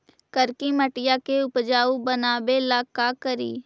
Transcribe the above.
करिकी मिट्टियां के उपजाऊ बनावे ला का करी?